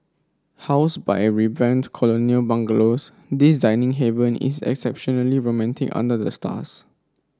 housed by revamped colonial bungalows this dining haven is exceptionally romantic under the stars